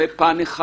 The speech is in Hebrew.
זה פן אחד.